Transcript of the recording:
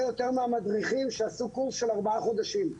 יותר מהמדריכים שעשו קורס של ארבעה חודשים.